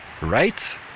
Right